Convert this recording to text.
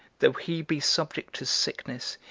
though he be subject to sickness,